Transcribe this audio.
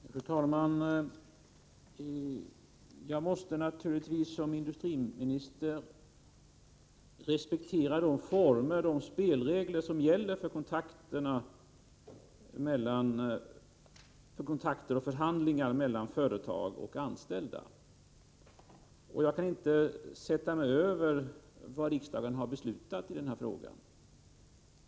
Nr 28 Fru talman! Jag måste naturligtvis som industriminister respektera de - :S Så 5 EE Torsdagen den spelregler som gäller för kontakter och förhandlingar mellan företag och 15november 1984 anställda. Jag kan inte sätta mig över vad riksdagen har beslutat i den frågan.